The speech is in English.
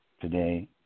Today